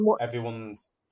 everyone's